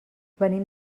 venim